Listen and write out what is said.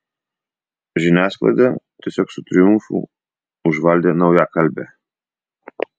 žiniasklaidą tiesiog su triumfu užvaldė naujakalbė